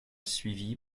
suivi